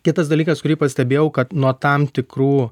kitas dalykas kurį pastebėjau kad nuo tam tikrų